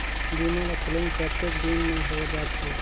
बीमा ला क्लेम कतेक दिन मां हों जाथे?